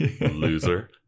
loser